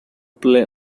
play